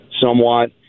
somewhat